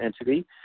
entity